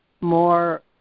more